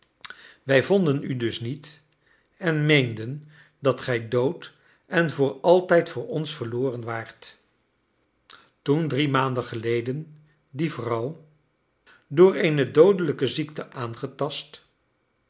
wij vonden u dus niet en meenden dat gij dood en voor altijd voor ons verloren waart toen drie maanden geleden die vrouw door eene doodelijke ziekte aangetast